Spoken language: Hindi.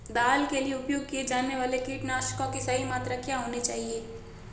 दाल के लिए उपयोग किए जाने वाले कीटनाशकों की सही मात्रा क्या होनी चाहिए?